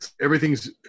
everything's